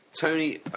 Tony